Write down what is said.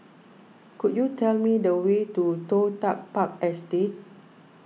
could you tell me the way to Toh Tuck Park Estate